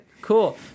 cool